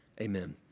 Amen